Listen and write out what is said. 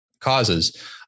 causes